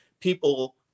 people